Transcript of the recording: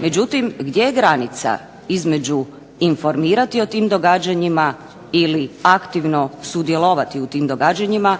Međutim, gdje je granica između informirati o tim događanjima ili aktivno sudjelovati u tim događanjima